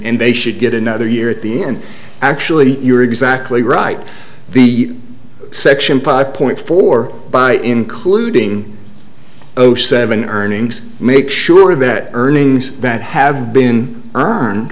and they should get another year at the end actually you're exactly right the section five point four by including zero seven earnings make sure that earnings that have been